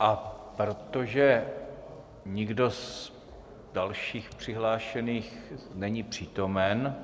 A protože nikdo z dalších přihlášených není přítomen